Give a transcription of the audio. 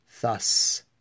Thus